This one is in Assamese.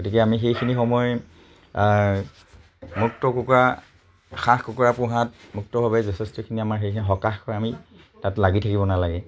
গতিকে আমি সেইখিনি সময় মুক্ত কুকুৰা হাঁহ কুকুৰা পোহাত মুক্তভাৱে যথেষ্টখিনি আমাৰ সেইখিনি সকাহ হয় আমি তাত লাগি থাকিব নালাগে